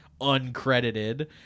uncredited